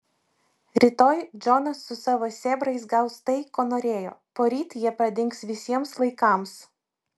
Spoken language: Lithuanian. rytoj džonas su savo sėbrais gaus tai ko norėjo poryt jie pradings visiems laikams